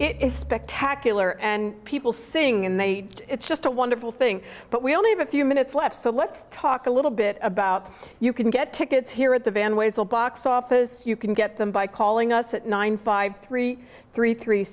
it spectacular and people thing and they it's just a wonderful thing but we only have a few minutes left so let's talk a little bit about you can get tickets here at the van ways the box office you can get them by calling us at nine five three three three